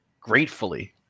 gratefully